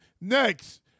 Next